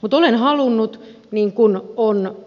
mutta olen halunnut niin kuin